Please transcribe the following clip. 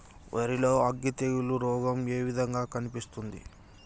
వరి లో అగ్గి తెగులు రోగం ఏ విధంగా కనిపిస్తుంది?